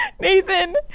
Nathan